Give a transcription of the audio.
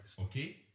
Okay